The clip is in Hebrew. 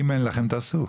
אם אין לכם, תעשו.